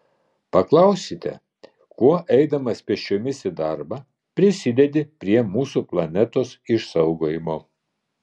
paklausite kuo eidamas pėsčiomis į darbą prisidedi prie mūsų planetos išsaugojimo